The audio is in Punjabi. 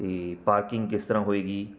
ਅਤੇ ਪਾਰਕਿੰਗ ਕਿਸ ਤਰ੍ਹਾਂ ਹੋਏਗੀ